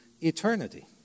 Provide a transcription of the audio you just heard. eternity